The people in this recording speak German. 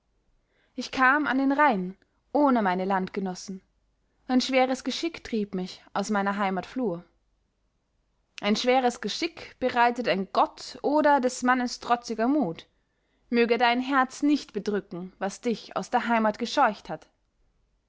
ich kam an den rhein ohne meine landgenossen ein schweres geschick trieb mich aus meiner heimat flur ein schweres geschick bereitet ein gott oder des mannes trotziger mut möge dein herz nicht bedrücken was dich aus der heimat gescheucht hat